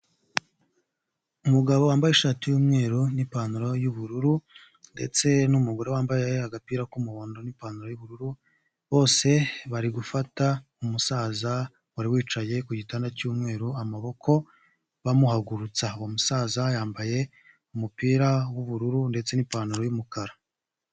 Umugabo wambaye ishati y'umweru n'ipantaro y'ubururu ndetse n'umugore wambaye agapira k'umuhondo n'ipantaro y'ubururu, bose bari gufata umusaza wari wicaye ku gitanda cy'umweru amaboko bamuhagurutsa, uwo musaza yambaye umupira w'ubururu ndetse n'ipantaro y'umukara.